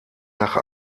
nach